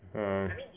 ah